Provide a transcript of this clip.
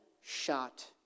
shot